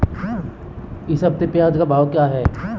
इस हफ्ते प्याज़ का बाज़ार भाव क्या है?